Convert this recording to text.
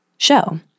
show